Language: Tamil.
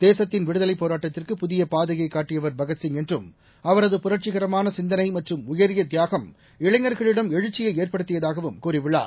தேசத்தின் விடுதவைப் போராட்டத்திற்கு புதிய பாதையை காட்டியவர் பகத்சிங் என்றும் அவரது புரட்சிகரமான சிந்தனை மற்றும் உயரிய தியாகம் இளைஞர்களிடம் எழுச்சியை ஏற்படுத்தியதாகவும் கூறியுள்ளார்